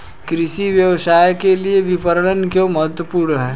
कृषि व्यवसाय के लिए विपणन क्यों महत्वपूर्ण है?